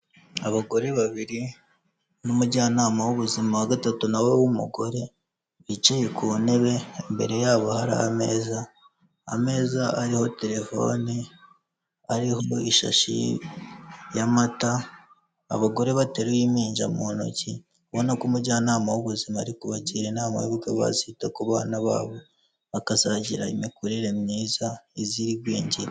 Abagore babiri n'umujyanama w'ubuzima wa gatatu nawe w'umugore bicaye ku ntebe, imbere y'abo hari ameza ,ameza ariho telefoni hariho ishashi y'amata, abagore bateruye impinja mu ntoki kubona ko umujyanama w'ubuzima ari kubagira inama, uko bazita ku bana babo bakazagira imikurire myiza izira igwingira.